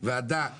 ועדה להסדרה,